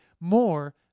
more